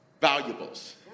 valuables